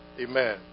amen